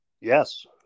Yes